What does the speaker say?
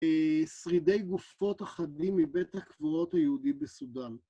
שרידי גופות אחדים מבית הקברות היהודי בסודאן.